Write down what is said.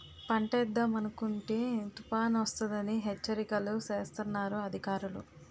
పంటేద్దామనుకుంటే తుపానొస్తదని హెచ్చరికలు సేస్తన్నారు అధికారులు